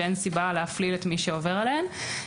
שאין סיבה להפליל את מי שעובר עליהן.